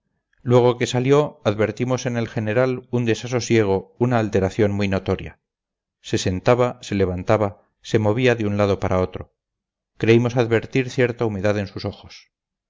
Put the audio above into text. luego que salió advertimos en el general un desasosiego una alteración muy notoria se sentaba se levantaba se movía de un lado para otro creímos advertir cierta humedad en sus ojos